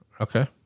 Okay